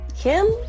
Kim